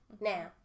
Now